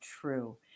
true